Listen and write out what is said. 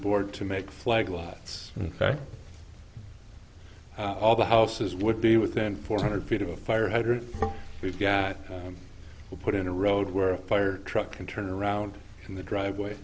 board to make flag lots in fact all the houses would be within four hundred feet of a fire hydrant we've got to put in a road where a fire truck can turn around in the driveway